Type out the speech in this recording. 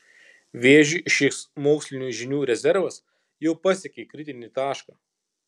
vėžiui šis mokslinių žinių rezervas jau pasiekė kritinį tašką